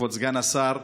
כבוד סגן השר,